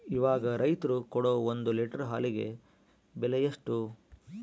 ಇವಾಗ ರೈತರು ಕೊಡೊ ಒಂದು ಲೇಟರ್ ಹಾಲಿಗೆ ಬೆಲೆ ಎಷ್ಟು?